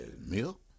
milk